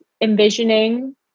envisioning